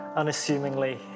unassumingly